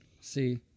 See